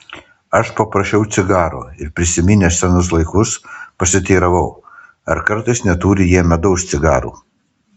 aš paprašiau cigaro ir prisiminęs senus laikus pasiteiravau ar kartais neturi jie medaus cigarų